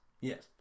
Yes